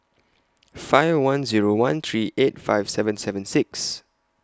five one Zero one three eight five seven seven six